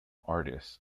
artists